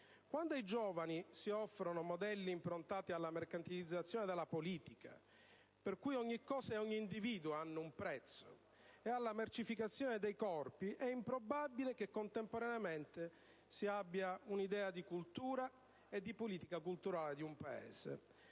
Quando ai giovani si offrono modelli improntati alla mercantilizzazione della politica - per cui ogni cosa e ogni individuo hanno un prezzo - e alla mercificazione dei corpi, è improbabile che contemporaneamente si abbia un'idea di cultura e di politica culturale di un Paese.